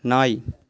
நாய்